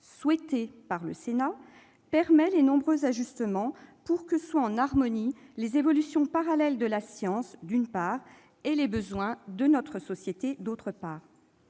souhaitée par le Sénat, permet de nombreux ajustements pour que soient en harmonie les évolutions parallèles de la science, d'une part, et les besoins de notre société, d'autre part.